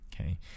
Okay